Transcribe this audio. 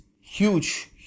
huge